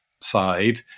side